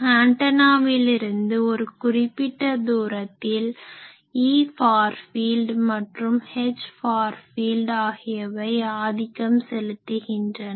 ஆன்டனாவிலிருந்து ஒரு குறிப்பிட்ட தூரத்தில் Efar field மற்றும் Hfar field ஆகியவை ஆதிக்கம் செலுத்துகின்றன